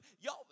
y'all